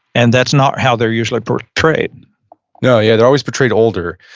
and that's not how they're usually portrayed no, yeah. they're always portrayed older.